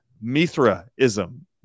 Mithraism